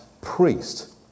priest